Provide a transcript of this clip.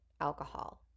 alcohol